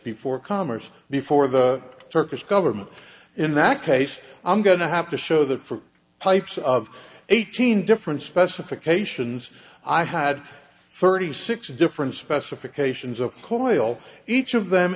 before commerce before the turkish government in that case i'm going to have to show that for pipes of eighteen different specifications i had thirty six different specifications of clay all each of them